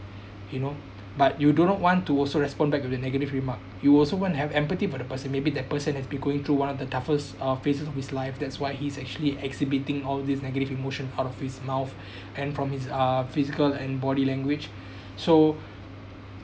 you know but you do not want to also respond back to the negative remark you also want to have empathy for the person maybe that person has been going through one of the toughest uh phases of his life that's why he's actually exhibiting all these negative emotions out of his mouth and from his uh physical and body language so